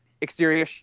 exterior